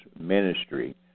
ministry